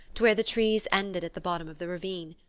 to where the trees ended at the bottom of the ravine.